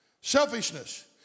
Selfishness